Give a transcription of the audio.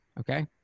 Okay